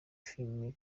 films